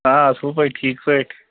آ اَصٕل پٲٹھۍ ٹھیٖک پٲٹھۍ